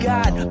God